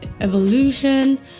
evolution